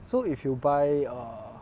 so if you buy err